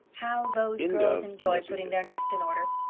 how those girls enjoyed putting their nest in order!